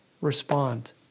respond